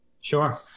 Sure